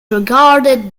regarded